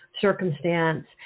circumstance